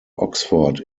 oxford